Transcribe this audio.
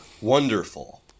Wonderful